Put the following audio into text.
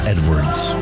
Edwards